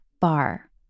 bar